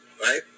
right